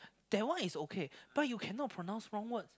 that one is okay but you cannot pronounce wrong words